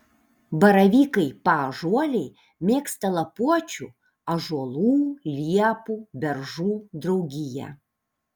baravykai paąžuoliai mėgsta lapuočių ąžuolų liepų beržų draugiją